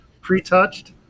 pre-touched